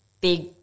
big